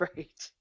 Right